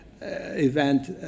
event